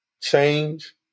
change